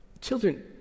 children